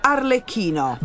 Arlecchino